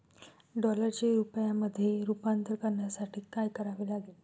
डॉलरचे रुपयामध्ये रूपांतर करण्यासाठी काय करावे लागेल?